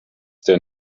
der